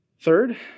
Third